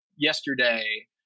Yesterday